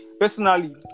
Personally